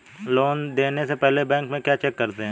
Loan देने से पहले बैंक में क्या चेक करते हैं?